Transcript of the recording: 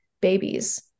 babies